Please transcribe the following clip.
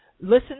listen